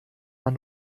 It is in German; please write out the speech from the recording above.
man